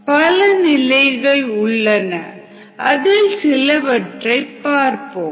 பல நிலைகள் உள்ளன அதில் சிலவற்றை பார்ப்போம்